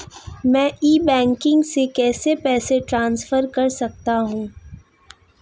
मैं e banking से पैसे कैसे ट्रांसफर कर सकता हूं?